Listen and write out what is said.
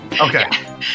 Okay